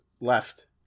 left